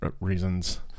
reasons